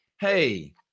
hey